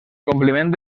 compliment